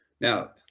Now